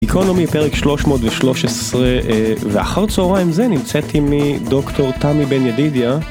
גיקונומי פרק 313, ואחר צהריים זה נמצאת עמי דוקטור תמי בן ידידיה.